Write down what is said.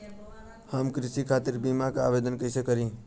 हम कृषि खातिर बीमा क आवेदन कइसे करि?